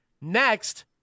Next